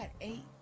eight